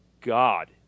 God